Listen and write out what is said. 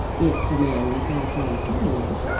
if the man resolves on selling it.